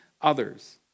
others